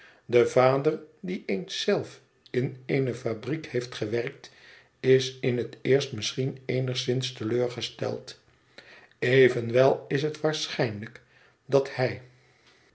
de vader die eens zelf in eene fabriek heeft gewerkt is in het eerst misschien eenigszins te leur gesteld evenwel is het waarschijnlijk dat hij